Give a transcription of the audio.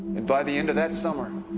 and by the end of that summer,